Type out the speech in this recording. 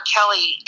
Kelly